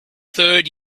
third